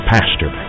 Pastor